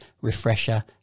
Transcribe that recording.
refresher